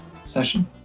session